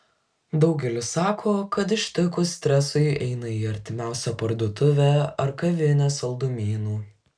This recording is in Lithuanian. daugelis sako kad ištikus stresui eina į artimiausią parduotuvę ar kavinę saldumynų